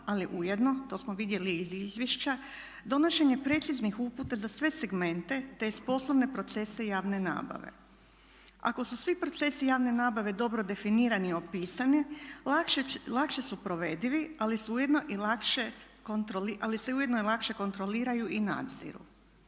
ali ujedno, to smo vidjeli i iz izvješća, donošenje preciznih uputa za sve segmente te poslovne procese javne nabave. Ako su svi procesi javne nabave dobro definirani i opisani lakše su provedivi ali se ujedno i lakše kontroliraju i nadziru.